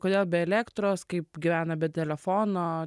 kodėl be elektros kaip gyvena be telefono